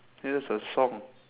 !hey! that's a song